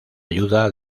ayuda